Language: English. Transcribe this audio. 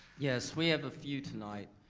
yes, we have a few tonight.